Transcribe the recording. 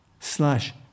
slash